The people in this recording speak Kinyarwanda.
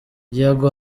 yego